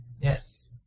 yes